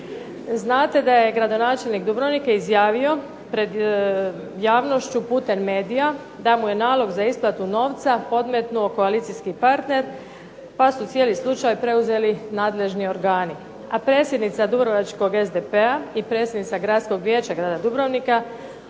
Znate da je gradonačelnik Dubrovnika izjavio pred javnošću putem medija, dao mu je nalog za isplatu novca, podmetnuo koalicijski partner, pa su cijeli slučaj preuzeli nadležni organi, a predsjednica dubrovačkog SDP-a i predsjednica Gradskog vijeća grada Dubrovnika